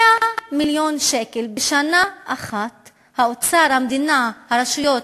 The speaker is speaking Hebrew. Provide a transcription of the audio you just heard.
100 מיליון שקל בשנה אחת האוצר, המדינה, הרשויות,